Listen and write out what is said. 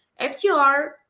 FTR